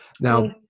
Now